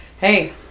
hey